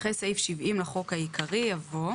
הוספת סימן ד'1 6. אחרי סעיף 70 לחוק העיקרי יבוא: